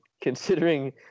considering